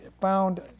found